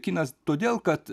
kinas todėl kad